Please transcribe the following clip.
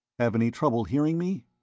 have any trouble hearing me?